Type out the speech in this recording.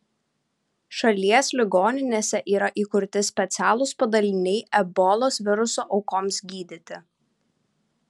šalies ligoninėse yra įkurti specialūs padaliniai ebolos viruso aukoms gydyti